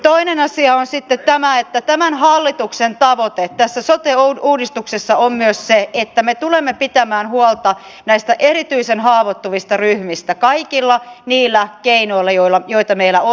toinen asia on sitten tämä että tämän hallituksen tavoite tässä sote uudistuksessa on myös se että me tulemme pitämään huolta näistä erityisen haavoittuvista ryhmistä kaikilla niillä keinoilla joita meillä on